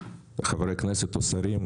חברי כנסת או שרים,